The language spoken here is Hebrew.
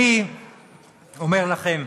אני אומר לכם,